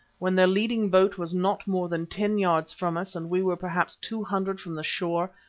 when their leading boat was not more than ten yards from us and we were perhaps two hundred from the shore,